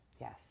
Yes